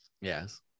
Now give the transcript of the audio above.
Yes